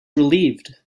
relieved